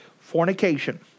Fornication